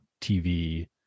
tv